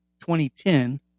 2010